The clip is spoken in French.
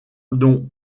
dont